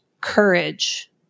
courage